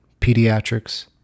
pediatrics